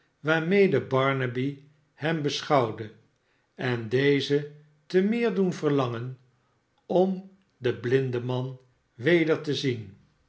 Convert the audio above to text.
waarmede barnaby hem beschouwde en dezen te meer doen verlangen om den blindeman weder te zien